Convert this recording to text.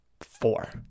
four